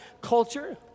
culture